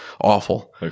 awful